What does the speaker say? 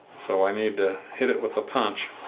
so i need to hit it with a punch